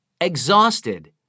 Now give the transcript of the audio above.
exhausted